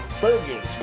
burgers